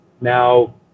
now